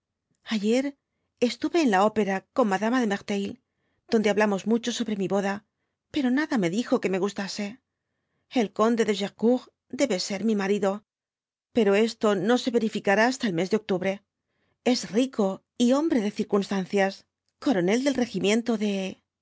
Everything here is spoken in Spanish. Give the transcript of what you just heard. ayer estaré en la opera con madama de merteuil donde hablamos mucho sobre mi boda pero nada me dijo que me gustase el conde de gercourt debe ser mi marido pero esto no ft terifícará hasta el mes de octubre es rice y hombre de circunstancias coronel del regi miento de